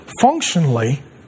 Functionally